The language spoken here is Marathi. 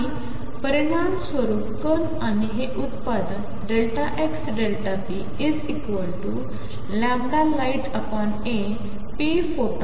आणिपरिणामस्वरूपकणआणिहेउत्पादनxΔplightapphotonaf